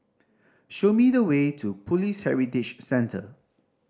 show me the way to Police Heritage Centre